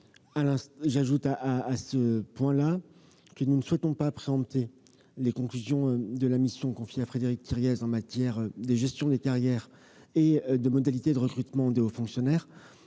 J'ajoute que nous ne souhaitons pas préempter les conclusions de la mission confiée à Frédéric Thiriez sur la gestion des carrières et les modalités de recrutement des hauts fonctionnaires.